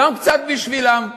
גם קצת בשבילם,